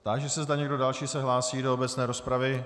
Táži se, zda se někdo další hlásí do obecné rozpravy.